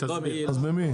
אז ממי?